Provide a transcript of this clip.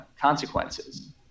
consequences